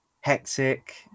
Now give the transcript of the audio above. Hectic